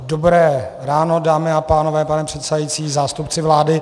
Dobré ráno dámy a pánové, pane předsedající, zástupci vlády.